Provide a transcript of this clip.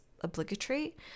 obligatory